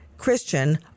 Christian